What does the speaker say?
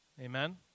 Amen